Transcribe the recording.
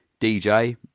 DJ